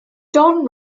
don